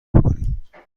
بکنیم